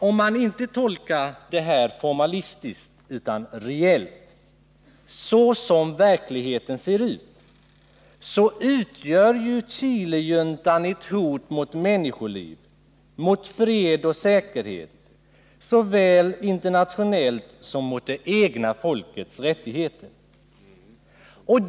Om man inte tolkar detta formalistiskt utan reellt, och grundar sin uppfattning på hur verkligheten ser ut, måste ju Chilejuntan sägas utgöra ett hot mot människoliv och mot fred och säkerhet — såväl mot främmande folks som mot det egna folkets rättigheter.